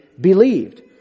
believed